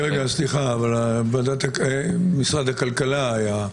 סליחה, אבל משרד הכלכלה היה.